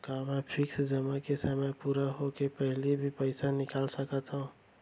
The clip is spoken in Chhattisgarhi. का मैं फिक्स जेमा के समय पूरा होय के पहिली भी पइसा निकाल सकथव?